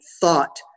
thought